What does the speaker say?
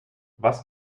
was